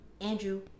Andrew